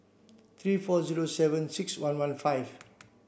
three four zero seven six one one five